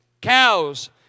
Cows